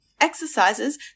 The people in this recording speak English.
exercises